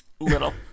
Little